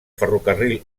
ferrocarril